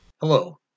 Hello